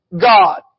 God